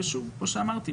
כמו שאמרתי,